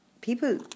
people